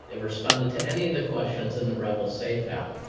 and responded to any of the questions in the rebel safe app.